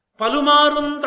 Palumarun